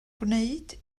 gwneud